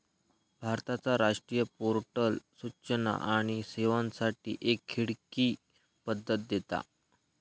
भारताचा राष्ट्रीय पोर्टल सूचना आणि सेवांसाठी एक खिडकी पद्धत देता